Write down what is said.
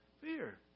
Fear